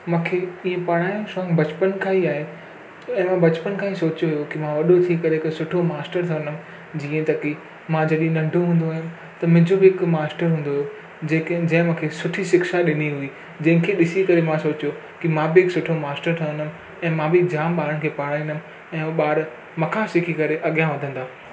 मूंखे इअं पढ़ण जो शौक़ु बचपन खां ई आहे ऐं बचपन खां ई सोचियो की मां वॾो थी करे हिकु सुठो मास्टर ठहंदमि जीअं त की मां जॾी नंढो हुंदो हुअमि त मुंहिंजो बि हिकु मास्टर हूंदो हुओ जेके जंहिं मूंखे सुठी शिक्षा ॾिनी हुई जंहिंखे ॾिसी करे मां सोचियो की मां बि हिक सुठो मास्टर ठहंदमि ऐं मां बि जाम ॿारनि खे पढ़ाईंदमि ऐं उहो ॿार मूं खां सीखी करे अॻियां वधंदुव